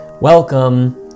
Welcome